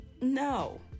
No